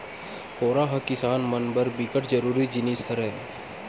बोरा ह किसान मन बर बिकट जरूरी जिनिस हरय